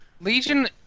Legion